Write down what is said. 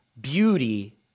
beauty